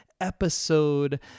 episode